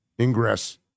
ingress